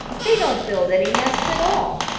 they don't built any nests at all.